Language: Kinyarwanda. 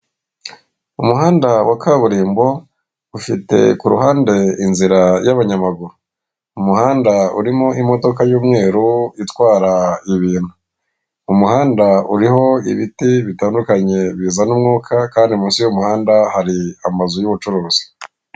Umuhanda wa kaburimbo ufite ku ruhande inzira y'abanyamaguru, umuhanda urimo imodoka y'umweru itwara ibintu, umuhanda uriho ibiti bitandukanye bizana umwuka kandi munsi y'umuhanda hari amazu y'ubucuruzi.